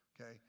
Okay